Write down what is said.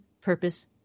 purpose